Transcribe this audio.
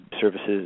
services